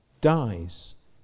dies